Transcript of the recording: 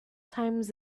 times